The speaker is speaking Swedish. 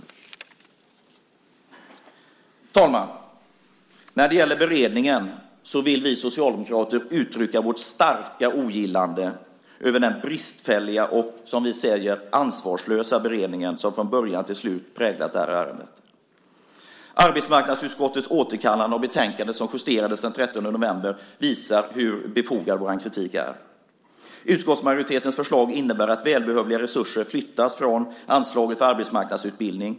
Herr talman! När det gäller beredningen vill vi socialdemokrater uttrycka vårt starka ogillande över den bristfälliga och, som vi ser det, ansvarslösa beredning som från början till slut har präglat ärendet. Arbetsmarknadsutskottets återkallande av betänkandet, som justerades den 30 november, visar hur befogad vår kritik är. Utskottsmajoritetens förslag innebär att välbehövliga resurser flyttas från anslaget för arbetsmarknadsutbildning.